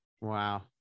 Wow